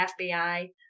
FBI